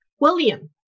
William